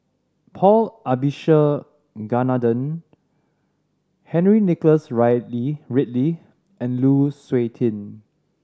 Paul Abisheganaden Henry Nicholas Ridley and Lu Suitin